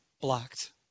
blocked